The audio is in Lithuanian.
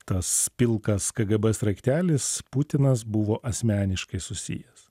tas pilkas kgb sraigtelis putinas buvo asmeniškai susijęs